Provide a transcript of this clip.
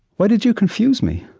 why did you confuse me?